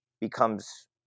becomes